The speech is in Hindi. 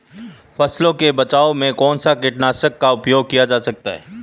फसलों के बचाव में कौनसा कीटनाशक का उपयोग किया जाता है?